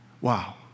wow